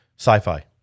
Sci-Fi